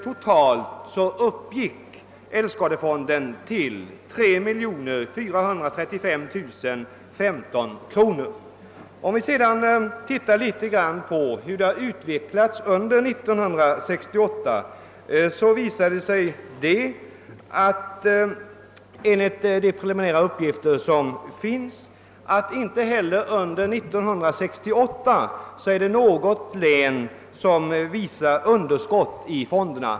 Totalt uppgick älgskadefonden till 3 435015 kronor. Enligt preliminära uppgifter visade inte heller under 1968 något län underskott i fonderna.